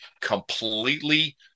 completely